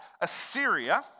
Assyria